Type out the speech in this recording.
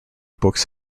books